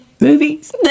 movies